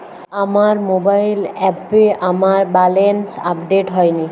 আমার মোবাইল অ্যাপে আমার ব্যালেন্স আপডেট হয়নি